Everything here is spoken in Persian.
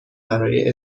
برای